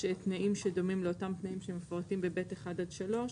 תנאים שדומים לאותם תנאים שמפורטים ב-(ב)(1) עד (3).